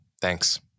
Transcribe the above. Thanks